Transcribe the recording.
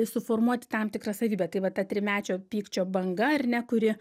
suformuoti tam tikrą savybę tai va ta trimečio pykčio banga ar ne kuri